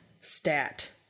Stat